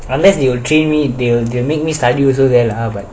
unless they will train me they will they will make me study also there lah but